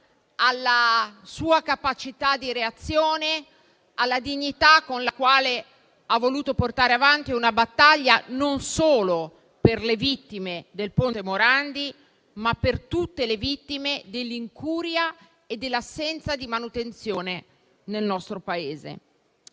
alla sua capacità di reazione, alla dignità con la quale ha voluto portare avanti una battaglia non solo per le vittime del Ponte Morandi, ma per tutte le vittime dell'incuria e dell'assenza di manutenzione nel nostro Paese.